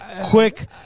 Quick